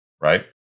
Right